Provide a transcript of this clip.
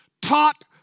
Taught